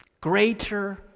greater